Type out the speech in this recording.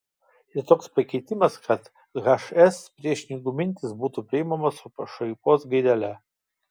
ir toks pakeitimas kad hs priešininkų mintys būtų priimamos su pašaipos gaidele